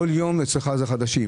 כל יום אצלך הוא חדש,